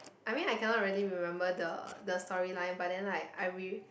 I mean I cannot really remember the the story line but then like I re~